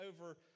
over